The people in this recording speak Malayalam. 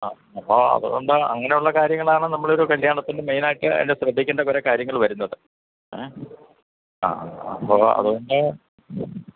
ആ അപ്പോള് അതുകൊണ്ടാണ് അങ്ങനെയുള്ള കാര്യങ്ങളാണ് നമ്മളൊരു കല്യാണത്തിനു മെയിനായിട്ട് അതില് ശ്രദ്ധിക്കേണ്ട കുറേ കാര്യങ്ങള് വരുന്നത് എ ആ അപ്പോള് അതുകൊണ്ട്